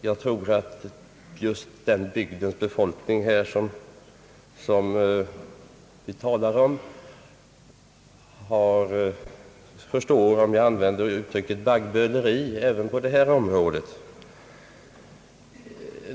Jag tror att befolkningen just i den bygd som vi nu talar om förstår mig om jag använder uttrycket baggböleri även på detta område.